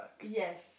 Yes